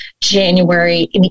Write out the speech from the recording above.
January